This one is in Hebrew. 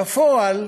בפועל,